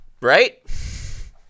Right